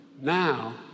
Now